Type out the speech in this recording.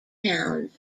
towns